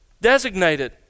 Designated